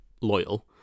loyal